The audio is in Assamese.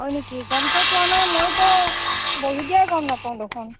হয় নেকি গমতো পোৱা নাই মইতো বহী দিয়াই গম নাপাওঁ দেখোন